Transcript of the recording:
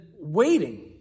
waiting